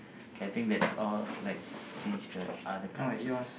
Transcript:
okay that's all let's change the other cards